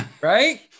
Right